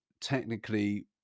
technically